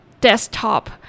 desktop